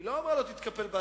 רואה איום ומתקפל.